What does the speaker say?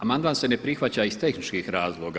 Amandman se ne prihvaća iz tehničkih razloga.